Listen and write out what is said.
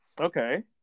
Okay